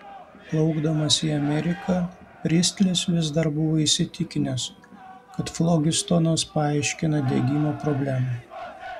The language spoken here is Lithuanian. plaukdamas į ameriką pristlis vis dar buvo įsitikinęs kad flogistonas paaiškina degimo problemą